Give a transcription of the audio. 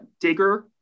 digger